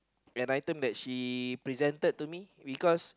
an item that she presented to me because